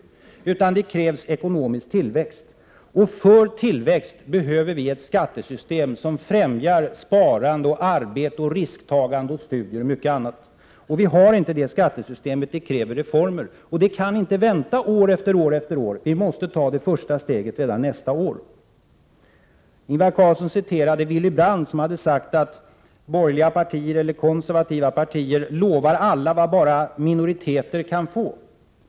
Det krävs i stället ekonomisk tillväxt, och för tillväxt behöver vi ett skattesystem som främjar sparande, arbete, risktagande, studier och mycket annat. Vi har inte det skattesystemet. Det krävs reformer. Detta kan inte vänta år efter år. Vi måste ta det första steget redan nästa år. Ingvar Carlsson citerade Willy Brandt, som hade sagt att konservativa partier lovar alla vad bara minoriteter kan få.